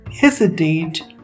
hesitate